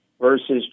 versus